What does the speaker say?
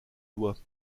doigts